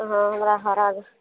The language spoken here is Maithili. हाँ हमरा हरा